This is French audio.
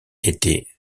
était